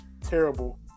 terrible